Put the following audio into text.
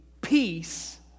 Peace